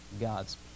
God's